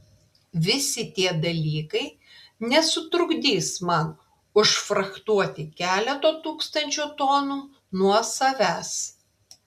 visi tie dalykai nesutrukdys man užfrachtuoti keleto tūkstančio tonų nuo savęs